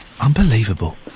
Unbelievable